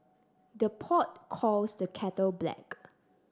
the pot calls the kettle black